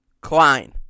Klein